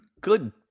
good